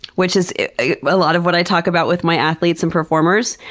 which is a lot of what i talk about with my athletes and performers.